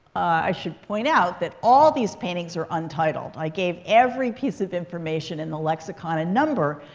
i should point out that all these paintings are untitled. i gave every piece of information in the lexicon a number.